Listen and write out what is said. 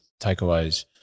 takeaways